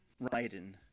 Ryden